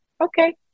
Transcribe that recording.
Okay